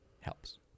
Helps